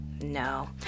No